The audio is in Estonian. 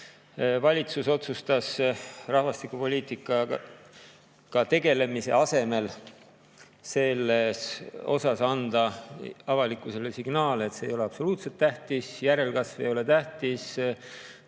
Valitsus otsustas rahvastikupoliitikaga tegelemise asemel anda avalikkusele signaal, et see ei ole absoluutselt tähtis. Järelkasv ei ole tähtis.